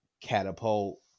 catapult